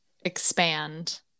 expand